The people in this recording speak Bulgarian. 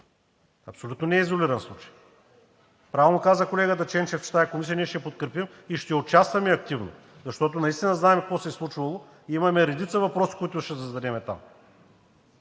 Абсолютно не е изолиран случай! Правилно каза колегата Ченчев, че тази комисия ние ще я подкрепим и ще участваме активно, защото наистина знаем какво се е случвало, имаме редица въпроси, които ще зададем там,